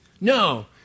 no